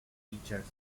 teachers